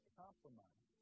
compromise